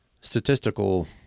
statistical